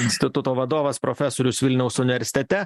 instituto vadovas profesorius vilniaus universitete